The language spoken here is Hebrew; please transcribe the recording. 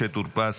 משה טור פז,